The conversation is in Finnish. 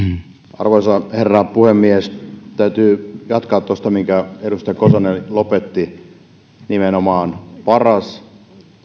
arvoisa herra puhemies täytyy jatkaa tuosta mihinkä edustaja kosonen lopetti paras